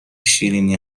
شیرینی